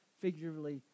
figuratively